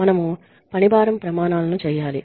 మనము పనిభారం ప్రమాణాలను చేయాలి